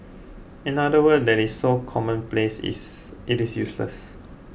another word that is so commonplace is it is useless